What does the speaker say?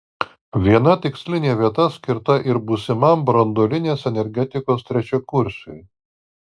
viena tikslinė vieta skirta ir būsimam branduolinės energetikos trečiakursiui